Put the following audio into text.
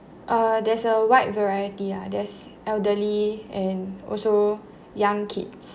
uh there's a wide variety ah there's elderly and also young kids